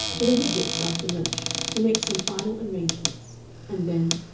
to the widgetts' after lunch to make some final arrangements and then,